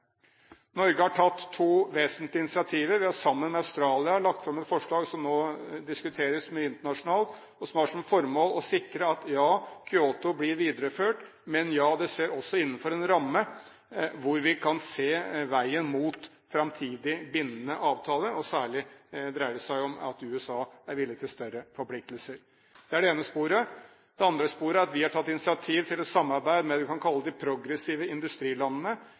Norge har tatt to vesentlige initiativer. Vi har sammen med Australia lagt fram et forslag som nå diskuteres mye internasjonalt, og som har som formål å sikre at Kyotoprotokollen blir videreført, men at det også skjer innenfor en ramme hvor vi kan se veien mot framtidige bindende avtaler. Særlig dreier det seg om at USA er villig til større forpliktelser. Det er det ene sporet. Det andre sporet er at vi har tatt initiativ til et samarbeid med det vi kan kalle de progressive industrilandene.